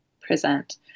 present